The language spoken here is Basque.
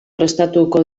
prestatuko